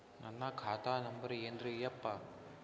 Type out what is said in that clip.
ನನ್ನ ಖಾತಾ ನಂಬರ್ ಏನ್ರೀ ಯಪ್ಪಾ?